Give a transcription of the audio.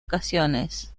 ocasiones